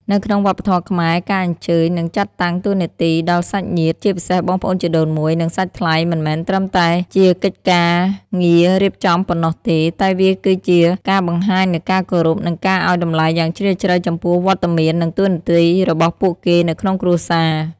នៅក្នុងវប្បធម៌ខ្មែរ ការអញ្ជើញ និងចាត់តាំងតួនាទី ដល់សាច់ញាតិ ជាពិសេសបងប្អូនជីដូនមួយ និងសាច់ថ្លៃ មិនមែនត្រឹមតែជាកិច្ចការងាររៀបចំប៉ុណ្ណោះទេ តែវាគឺជា ការបង្ហាញនូវការគោរព និងការឱ្យតម្លៃយ៉ាងជ្រាលជ្រៅ ចំពោះវត្តមាន និងតួនាទីរបស់ពួកគេនៅក្នុងគ្រួសារ។